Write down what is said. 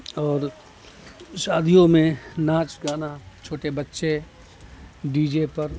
اور شادیوں میں ناچ گانا چھوٹے بچے ڈی جے پر